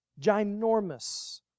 ginormous